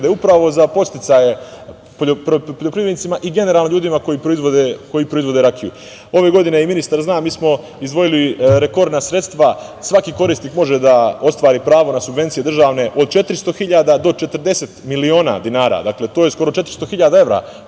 upravo za podsticaje poljoprivrednicima i generalno ljudima koji proizvode rakiju. Ove godine, i ministar zna, mi smo izdvojili rekordna sredstva. Svaki korisnik može da ostvari pravo na državne subvencije, od 400.000 do 40 miliona dinara. To je skoro 400.000 evra